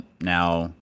now